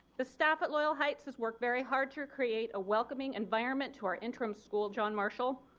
the staff of loyal heights has worked very hard to create a welcoming environment to our interim school john marshall.